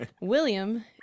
William